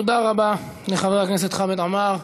היו"ר בצלאל סמוטריץ: תודה רבה לחבר הכנסת חמד עמאר.